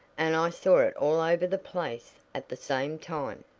and i saw it all over the place at the same time.